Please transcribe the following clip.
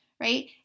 Right